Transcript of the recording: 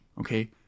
okay